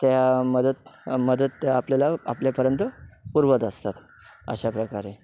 त्या मदत मदत आपल्याला आपल्यापर्यंत पुरवत असतात अशा प्रकारे